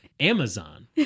Amazon